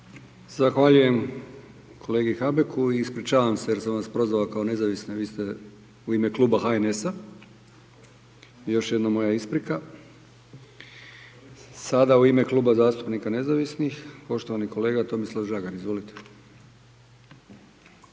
Zahvaljujem kolegi Habeku i ispričavam se jer sam vas prozvao kao nezavisne, vi ste u ime Kluba HNS-a, još jednom moja isprika. Sada u ime Kluba zastupnika nezavisnih, poštovani kolega Tomislav Žagar, izvolite.